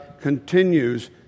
continues